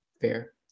fair